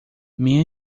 minha